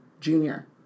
Junior